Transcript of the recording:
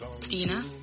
dina